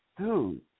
dude